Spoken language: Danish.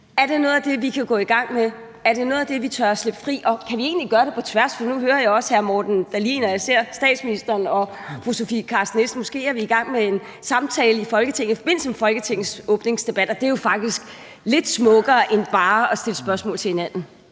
Er det noget af det, vi kan gå i gang med? Er det noget af det, vi tør sætte fri, og kan vi egentlig gøre det på tværs? For nu hører jeg også hr. Morten Dahlin, og jeg ser, at statsministeren og fru Sofie Carsten Nielsen måske er i gang med en samtale i forbindelse med Folketingets åbningsdebat. Og det er jo faktisk lidt smukkere end bare at stille spørgsmål til hinanden.